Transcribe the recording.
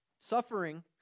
suffering